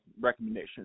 recommendation